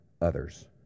others